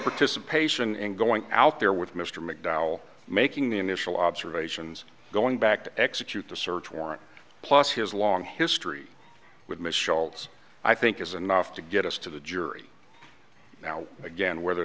participation in going out there with mr mcdowell making the initial observations going back to execute the search warrant plus his long history with michelle's i think is enough to get us to the jury now again whether